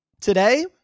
Today